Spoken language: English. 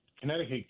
Connecticut